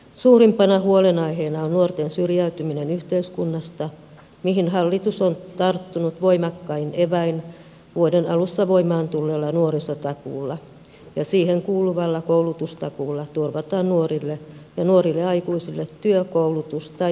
suurimpana huolenaiheena on nuorten syrjäytyminen yhteiskunnasta mihin hallitus on tarttunut voimakkain eväin vuoden alussa voimaan tulleella nuorisotakuulla ja siihen kuuluvalla koulutustakuulla turvataan nuorille ja nuorille aikuisille työ koulutus tai muu vastaava paikka